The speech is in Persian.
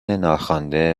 ناخوانده